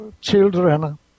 children